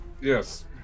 Yes